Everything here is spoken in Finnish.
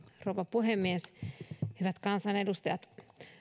rouva puhemies hyvät kansanedustajat